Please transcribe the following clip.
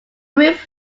roof